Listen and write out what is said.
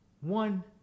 one